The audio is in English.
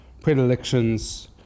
predilections